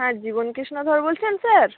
হ্যাঁ জীবনকৃষ্ণ ধর বলছেন স্যার